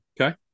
Okay